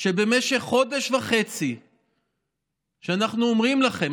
שבמשך חודש וחצי שאנחנו אומרים לכם,